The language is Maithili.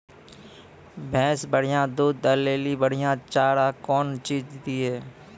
भैंस बढ़िया दूध दऽ ले ली बढ़िया चार कौन चीज दिए?